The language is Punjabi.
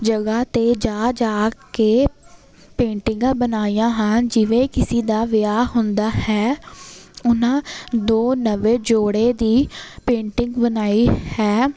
ਜਗਹਾ ਤੇ ਜਾ ਜਾ ਕੇ ਪੇਂਟਿੰਗ ਬਣਾਈਆਂ ਹਨ ਜਿਵੇਂ ਕਿਸੀ ਦਾ ਵਿਆਹ ਹੁੰਦਾ ਹੈ ਉਹਨਾਂ ਦੋ ਨਵੇਂ ਜੋੜੇ ਦੀ ਪੇਂਟਿੰਗ ਬਣਾਈ ਹੈ